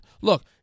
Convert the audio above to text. Look